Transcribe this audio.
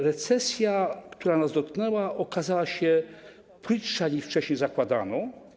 Recesja, która nas dotknęła, okazała się płytsza, niż wcześniej zakładano.